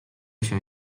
się